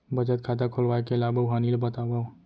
बचत खाता खोलवाय के लाभ अऊ हानि ला बतावव?